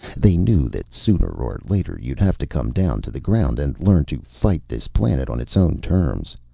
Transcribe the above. they knew that, sooner or later, you'd have to come down to the ground and learn to fight this planet on its own terms.